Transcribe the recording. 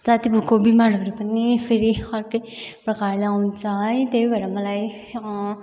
जाति भएको भिमारहरू पनि फेरि अर्कै प्रकारले आउँछ है त्यही भएर मलाई